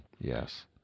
Yes